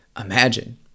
imagine